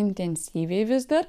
intensyviai vis dar